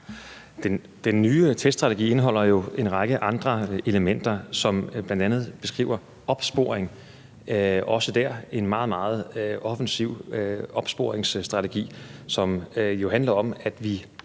Den nye teststrategi indeholder jo en række andre elementer som bl.a. opsporing, og også dér er der en meget, meget offensiv opsporingsstrategi, som jo handler om, at vi,